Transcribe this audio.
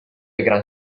gran